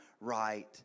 right